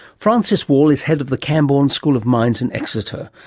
frances wall is head of the camborne school of mines in exeter,